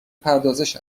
پردازش